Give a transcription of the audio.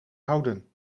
houden